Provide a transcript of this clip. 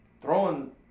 throwing